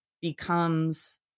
becomes